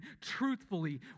truthfully